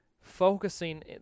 focusing